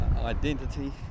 identity